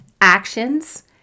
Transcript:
actions